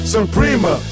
Suprema